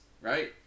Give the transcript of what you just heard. right